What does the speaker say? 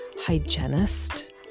hygienist